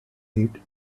hit